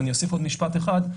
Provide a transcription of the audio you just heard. ואני אוסיף עוד משפט אחד.